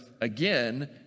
again